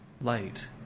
light